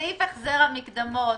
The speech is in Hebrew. סעיף החזר המקדמות.